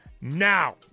Now